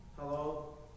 Hello